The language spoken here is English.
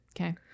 Okay